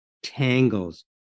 tangles